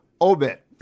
obit